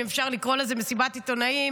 אם אפשר לקרוא לזה מסיבת עיתונאים,